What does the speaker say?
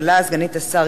בשם ראש הממשלה כמובן.